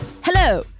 Hello